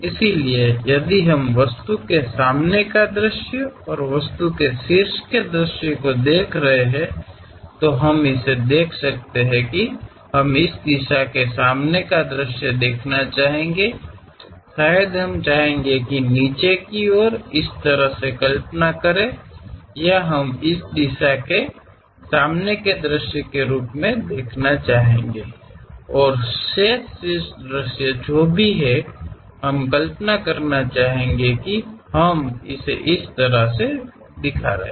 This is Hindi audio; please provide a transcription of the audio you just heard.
इसलिए यदि हम वस्तु के सामने के दृश्य और वस्तु के शीर्ष दृश्य को देख रहे हैं तो हम इसे देख सकते हैं हम इस दिशा में सामने का दृश्य देखना चाहेंगे शायद हम चाहेंगे की नीचे की ओर इस तरह से कल्पना करें या हम इस दिशा से सामने के दृश्य के रूप में देखना चाहते हैं और शेष शीर्ष दृश्य जो भी हम कल्पना करना चाहेंगे कि हम इसे उस तरह से दिखा रहे हैं